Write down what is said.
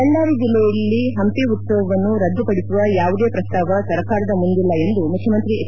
ಬಳ್ಳಾರಿ ಜಿಲ್ಲೆಯಲ್ಲಿ ಹಂಪಿ ಉತ್ಸವವನ್ನು ರದ್ದುಪಡಿಸುವ ಯಾವುದೇ ಪ್ರಸ್ತಾವ ಸರ್ಕಾರದ ಮುಂದಿಲ್ಲ ಎಂದು ಮುಖ್ಯಮಂತ್ರಿ ಎಚ್